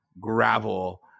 gravel